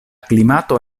klimato